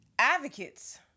advocates